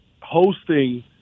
hosting